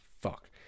fuck